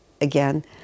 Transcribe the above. again